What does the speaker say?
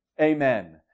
Amen